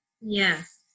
Yes